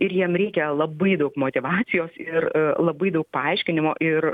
ir jiem reikia labai daug motyvacijos ir labai daug paaiškinimo ir